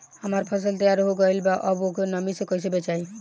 हमार फसल तैयार हो गएल बा अब ओके नमी से कइसे बचाई?